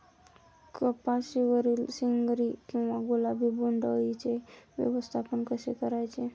कपाशिवरील शेंदरी किंवा गुलाबी बोंडअळीचे व्यवस्थापन कसे करायचे?